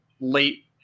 late